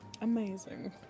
Amazing